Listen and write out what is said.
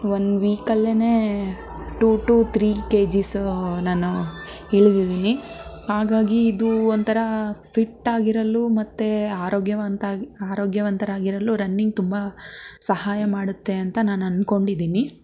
ಒಂದು ವೀಕಲ್ಲೇ two to three K Gs ನಾನು ಇಳಿದಿದ್ದೀನಿ ಹಾಗಾಗಿ ಇದು ಒಂಥರ ಫಿಟ್ಟಾಗಿರಲು ಮತ್ತು ಆರೋಗ್ಯವಂತ ಆರೋಗ್ಯವಂತರಾಗಿರಲು ರನ್ನಿಂಗ್ ತುಂಬ ಸಹಾಯ ಮಾಡುತ್ತೆ ಅಂತ ನಾನು ಅಂದ್ಕೊಂಡಿದ್ದೀನಿ